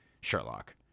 Sherlock